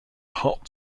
hot